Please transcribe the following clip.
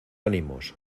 ánimos